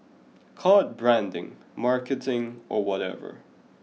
call it branding marketing or whatever